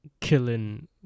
Killing